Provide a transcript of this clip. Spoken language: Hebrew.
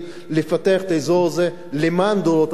לפתח את האזור הזה למען הדורות הבאים,